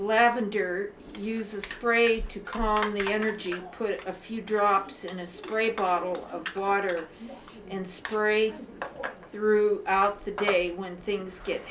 lavender uses great to call the energy put a few drops in a spray bottle of water and story throughout the day when things get